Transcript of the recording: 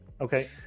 okay